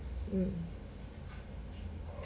mm